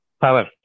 power